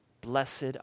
Blessed